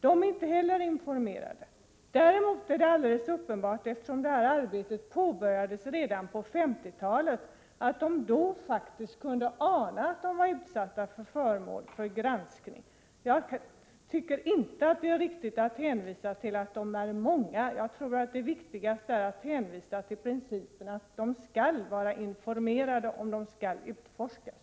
De är inte heller informerade. Eftersom det här arbetet påbörjades redan på 1950-talet är det däremot uppenbart att de då faktiskt kunde ana att de var föremål för granskning. Jag tycker inte att det är riktigt att hänvisa till att de är många. Jag tror att det viktigaste är principen att de skall vara informerade, om de skall utforskas.